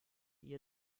ihr